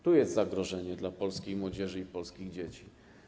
Tu jest zagrożenie dla polskiej młodzieży i polskich dzieci.